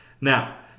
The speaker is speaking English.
Now